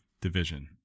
division